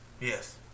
Yes